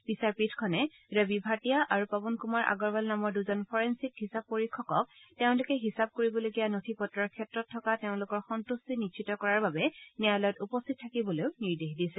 বিচাৰপীঠখনে ৰৱী ভাটিয়া আৰু পৱন কুমাৰ আগৰৱাল নামৰ দুজন ফৰেণচিক হিচাপ পৰীক্ষকক তেওঁলোকে হিচাপ কৰিবলগীয়া নথি পত্ৰৰ ক্ষেত্ৰত থকা তেওঁলোকৰ সন্তুষ্টি নিশ্চিত কৰাৰ বাবে ন্যায়ালয়ত উপস্থিত থাকিবলৈ নিৰ্দেশ দিছে